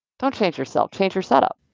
don't change yourself. change your setup.